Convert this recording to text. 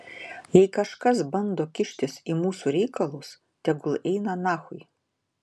jei kažkas bando kištis į mūsų reikalus tegul eina nachui